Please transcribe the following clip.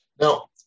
Now